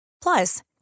Plus